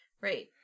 Right